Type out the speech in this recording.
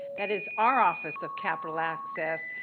that is our office of capital access,